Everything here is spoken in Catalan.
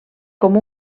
com